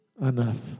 Enough